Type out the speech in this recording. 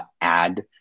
add